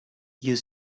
you